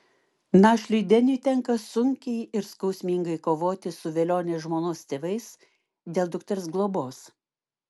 našliui deniui tenka sunkiai ir skausmingai kovoti su velionės žmonos tėvais dėl dukters globos